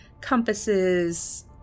compasses